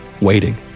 waiting